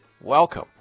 Welcome